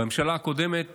בממשלה הקודמת